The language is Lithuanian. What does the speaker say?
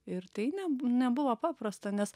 ir tai ne nebuvo paprasta nes